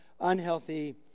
unhealthy